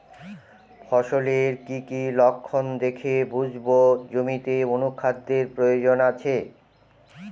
ফসলের কি কি লক্ষণ দেখে বুঝব জমিতে অনুখাদ্যের প্রয়োজন আছে?